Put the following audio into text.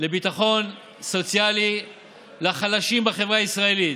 לביטחון סוציאלי לחלשים בחברה הישראלית.